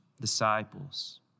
disciples